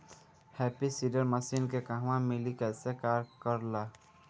Happy seeder machine के कहवा मिली कैसे कार कर ला?